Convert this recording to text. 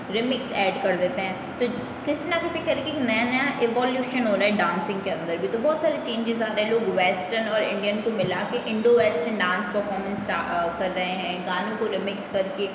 remix add कर देते हैं तो किसी न किसी तरीके का नया नया एवॉल्यूशन हो रहा है डांसिंग के अंदर भी तो बहुत सारे चेंजेस आ गए हैं लोग वेस्टर्न और इंडियन को मिला कर इंडो वेस्टर्न डांस परफॉर्मेंस कर रहे हैं गानों को रिमिक्स कर के